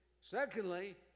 Secondly